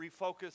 refocus